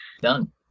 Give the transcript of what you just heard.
Done